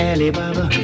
Alibaba